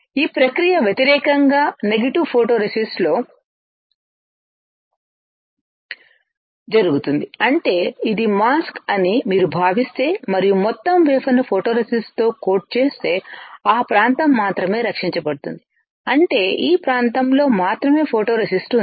ఈ ప్రక్రియ కి వ్యతిరేకంగా నెగెటివ్ ఫోటోరేసిస్ట్ లో జరుగుతుంది అంటే ఇది మాస్క్ అని మీరు భావిస్తే మరియు మొత్తం వేఫర్ ను ఫోటోరేసిస్ట్తో కోట్ చేస్తే ఆ ప్రాంతం మాత్రమే రక్షించబడుతుంది అంటే ఈ ప్రాంతంలో మాత్రమే ఫోటోరేసిస్ట్ ఉంది